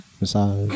Massage